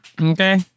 Okay